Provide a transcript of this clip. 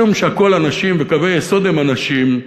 משום שהכול אנשים, וקווי יסוד הם אנשים,